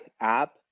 app